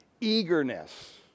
eagerness